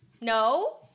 No